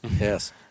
yes